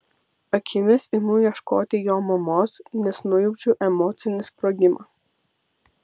akimis imu ieškoti jo mamos nes nujaučiu emocinį sprogimą